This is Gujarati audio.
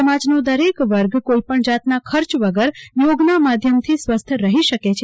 સામજનો દરેક વર્ગ કોઈપણ જાતના ખર્ચ વગર યોગના માધ્યમથી સ્વસ્થ રહી શકે છે